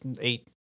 eight